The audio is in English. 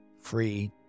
free